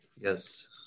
Yes